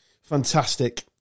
fantastic